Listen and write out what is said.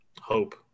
hope